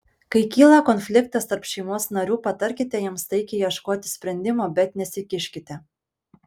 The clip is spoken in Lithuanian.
kai kyla konfliktas tarp šeimos narių patarkite jiems taikiai ieškoti sprendimo bet nesikiškite